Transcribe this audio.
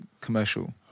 commercial